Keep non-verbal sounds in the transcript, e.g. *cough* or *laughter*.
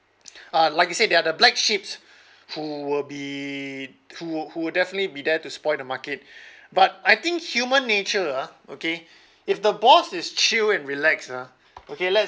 uh like I said they are the black sheeps who will be who who will definitely be there to spoil the market *breath* but I think human nature ah okay if the boss is chill and relax ah okay let's